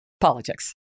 politics